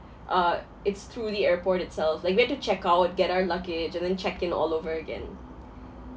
uh it's through the airport itself like we have to check our get our luggage and then check in all over again